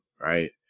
right